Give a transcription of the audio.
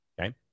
Okay